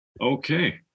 Okay